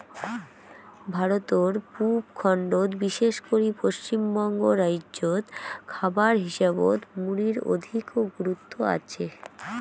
ভারতর পুব খণ্ডত বিশেষ করি পশ্চিমবঙ্গ রাইজ্যত খাবার হিসাবত মুড়ির অধিকো গুরুত্ব আচে